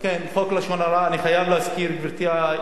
חוק לשון הרע, אני חייב להזכיר, גברתי היושבת-ראש.